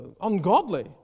ungodly